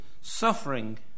Suffering